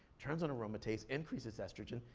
turns on aromatase, increases estrogen,